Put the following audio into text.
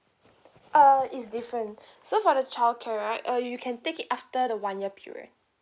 uh is different so for the childcare right uh you can take it after the one year period